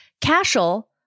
Cashel